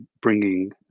bringing